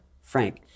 Frank